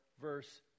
verse